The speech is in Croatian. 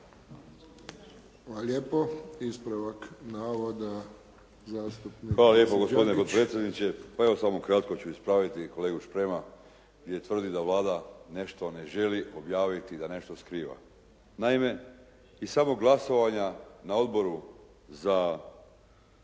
Đakić. **Đakić, Josip (HDZ)** Hvala lijepo gospodine potpredsjedniče. Pa evo samo kratko ću ispraviti kolegu Šprema gdje tvrdi da Vlada nešto ne želi objaviti, da nešto skriva. Naime, iz samog glasovanja na Odboru za